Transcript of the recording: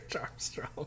Armstrong